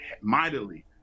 mightily